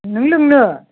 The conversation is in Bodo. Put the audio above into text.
नों लोंनो